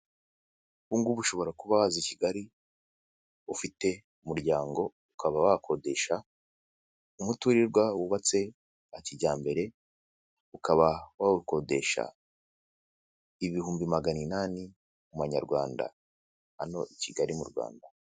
Ubu ngubu ushobora kuba waza i Kigali ufite umuryango, ukaba wakodesha umuturirwa wubatse kijyambere, ukaba wawukodesha ibihumbi magana inani mu Manyarwanda, hano i Kigali mu Rwanda.